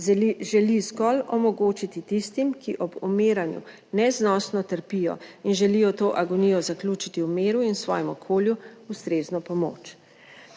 želi zgolj omogočiti tistim, ki ob umiranju neznosno trpijo in želijo to agonijo zaključiti v miru in v svojem okolju, ustrezno pomoč.